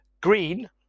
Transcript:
green